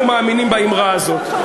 אנחנו מאמינים באמרה הזאת.